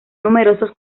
numerosos